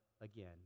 again